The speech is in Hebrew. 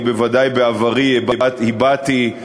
בוודאי בעברי הבעתי,